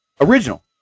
original